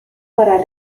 para